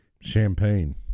Champagne